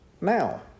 Now